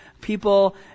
people